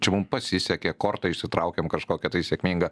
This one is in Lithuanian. čia mum pasisekė kortą išsitraukėm kažkokią tai sėkmingą